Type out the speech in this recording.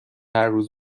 هرروز